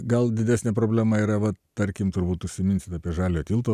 gal didesnė problema yra tarkim turbūt užsiminsit apie žaliojo tilto